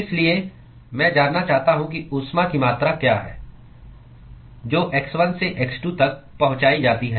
इसलिए मैं जानना चाहता हूं कि ऊष्मा की मात्रा क्या है जो x1 से x2 तक पहुंचाई जाती है